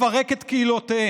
לפרק את קהילותיהם,